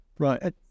Right